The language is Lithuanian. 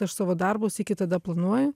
aš savo darbus iki tada planuoju